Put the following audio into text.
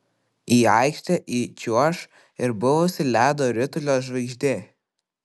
į aikštę įčiuoš ir buvusi ledo ritulio žvaigždė